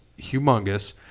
humongous